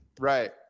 Right